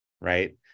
right